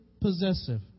possessive